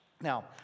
Now